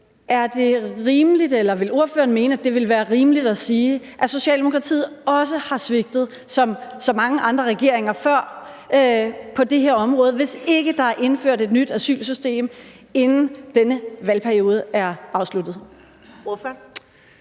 Er det rimeligt, eller vil ordføreren mene, at det vil være rimeligt at sige, at Socialdemokratiet også har svigtet som så mange andre regeringer før på det her område, hvis ikke der er indført et nyt asylsystem, inden denne valgperiode er afsluttet? Kl.